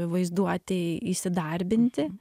vaizduotei įsidarbinti